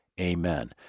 amen